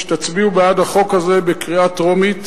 שתצביעו בעד החוק הזה בקריאה טרומית